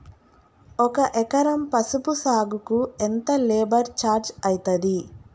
ఒక ఎకరం పసుపు సాగుకు ఎంత లేబర్ ఛార్జ్ అయితది?